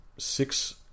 six